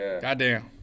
Goddamn